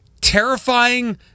terrifying